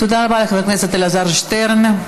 תודה רבה לחבר הכנסת אלעזר שטרן.